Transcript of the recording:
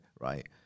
right